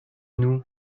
nous